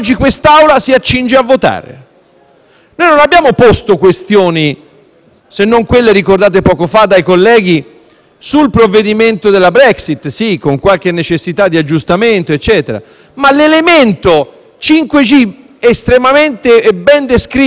Non abbiamo posto questioni, se non quelle ricordate poco fa dai colleghi, sul provvedimento della Brexit. C'è qualche necessità di aggiustamento, ma l'elemento 5G, estremamente ben descritto poco fa dalla collega Tiraboschi,